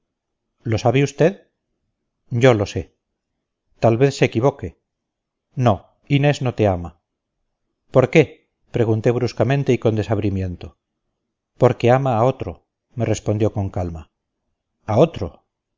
lo sabe usted yo lo sé tal vez se equivoque no inés no te ama por qué pregunté bruscamente y con desabrimiento porque ama a otro me respondió con calma a otro